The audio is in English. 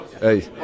hey